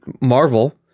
Marvel